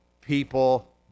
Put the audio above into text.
people